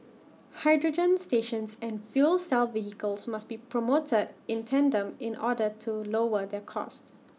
hydrogen stations and fuel cell vehicles must be promoted in tandem in order to lower their cost